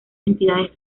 entidades